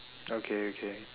okay okay